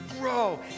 grow